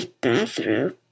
bathroom